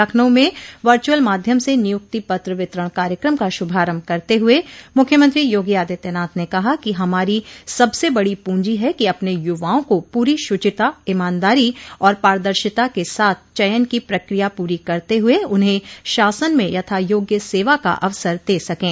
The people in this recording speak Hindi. लखनऊ में वर्चुअल माध्यम से नियुक्ति पत्र वितरण कार्यकम का शुभारम्भ करते हुए मुख्यमंत्री योगी आदित्यनाथ ने कहा कि हमारी सबसे बड़ी पूंजी है कि अपने युवाओं को पूरी शुचिता ईमानदारी और पारदर्शिता के साथ चयन की प्रकिया पूरी करते हुए उन्हें शासन में यथायोग्य सेवा का अवसर दे सकें